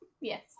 yes